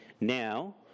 now